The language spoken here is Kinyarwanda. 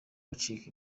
bacika